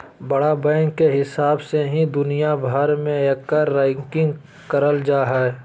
बड़ा बैंक के हिसाब से ही दुनिया भर मे एकर रैंकिंग करल जा हय